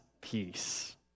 peace